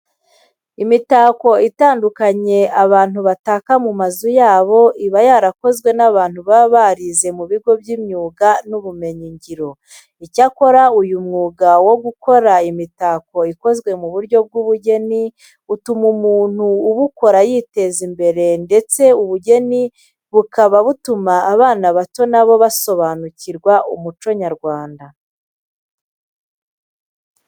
Imitako itandukanye abantu bataka mu mazu yabo iba yarakozwe n'abantu baba barize mu bigo by'imyuga n'ubumenyingiro. Icyakora uyu mwuga wo gukora imitako ikozwe mu buryo bw'ubugeni utuma umuntu ubukora yiteza imbere ndetse ubugeni bukaba butuma abana bato na bo basobanukirwa umuco nyarwanda.